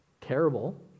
terrible